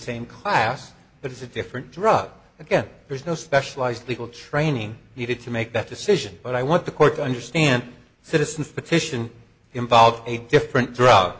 same class but it's a different drug again there's no specialized legal training needed to make that decision but i want the court to understand citizens petition involve a different throu